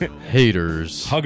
Haters